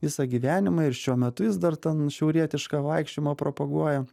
visą gyvenimą ir šiuo metu jis dar ten šiaurietišką vaikščiojimą propaguoja